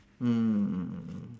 mm mm mm mm